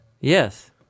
Yes